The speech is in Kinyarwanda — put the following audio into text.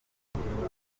nteziryayo